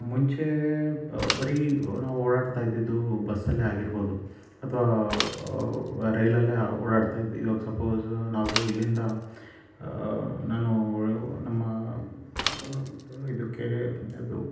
ಮುಂಚೇ ಬರೀ ನಾವು ಓಡಾಡ್ತಾ ಇದ್ದಿದ್ದು ಬಸ್ಸಲ್ಲೆ ಆಗಿರ್ಬೋದು ಅಥ್ವಾ ಆ ರೈಲಲ್ಲೇ ಓಡಾಡ್ತಾ ಇದ್ವಿ ಇವಾಗ ಸಪೋಸ್ ನಾವು ಇಲ್ಲಿಂದ ನಾನೂ ನಮ್ಮ ಬ ಇದಕ್ಕೇ ಅದು